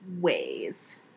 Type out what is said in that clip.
ways